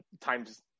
times